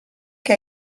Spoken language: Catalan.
què